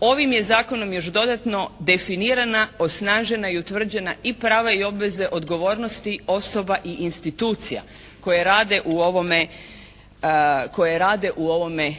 ovim je zakonom još dodatno definirana, osnažena i utvrđena i prava i obveze, odgovornosti osoba i institucija koje rade u ovome, koje rade u ovome